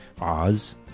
Oz